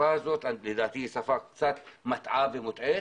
השפה הזאת, לדעתי, היא קצת מטעה ומוטעית.